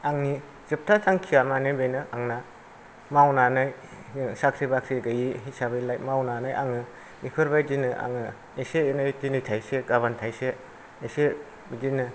आंनि जोबथा थांखिया माने बेनो आंना मावनानै साख्रि बाख्रि गैयि हिसाबैलाय मावनानै बेफोरबायदिनो आङो एसे एनै दिनै थाइसे गाबोन थाइसे एसे बिदिनो